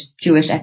Jewish